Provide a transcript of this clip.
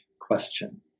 question